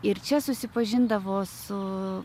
ir čia susipažindavo su